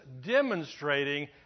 demonstrating